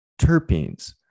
terpenes